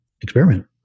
experiment